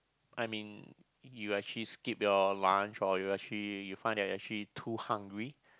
I mean you actually skip your lunch or you actually you find that actually too hungry